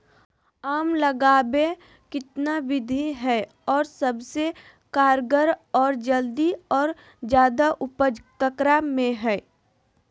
आम लगावे कितना विधि है, और सबसे कारगर और जल्दी और ज्यादा उपज ककरा में है?